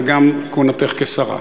וגם על כהונתך כשרה.